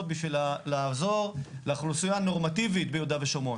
בשביל לעזור לאוכלוסייה הנורמטיבית ביהודה ושומרון,